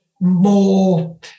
more